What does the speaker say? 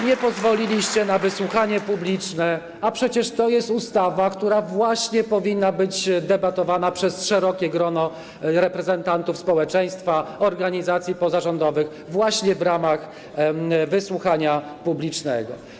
Nie pozwoliliście na wysłuchanie publiczne, a przecież to jest ustawa, nad którą właśnie powinno debatować szerokie grono reprezentantów społeczeństwa, organizacji pozarządowych w ramach wysłuchania publicznego.